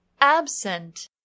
absent